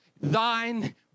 thine